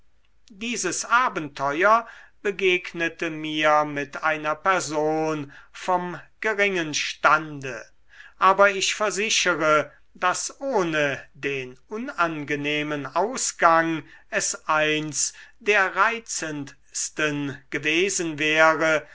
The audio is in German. dieses abenteuer begegnete mir mit einer person vom geringen stande aber ich versichere daß ohne den unangenehmen ausgang es eins der reizendsten gewesen wäre